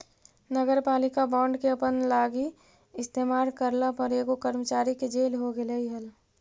नगरपालिका बॉन्ड के अपना लागी इस्तेमाल करला पर एगो कर्मचारी के जेल हो गेलई हल